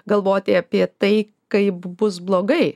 galvoti apie tai kaip bus blogai